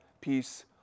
peace